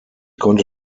konnte